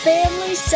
Family